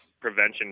prevention